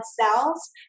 cells